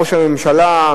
ראש הממשלה,